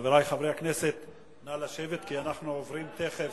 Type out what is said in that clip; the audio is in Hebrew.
חברי חברי הכנסת, נא לשבת כי אנחנו עוברים תיכף,